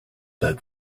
that